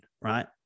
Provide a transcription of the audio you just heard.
Right